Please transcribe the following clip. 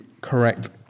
correct